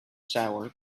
sour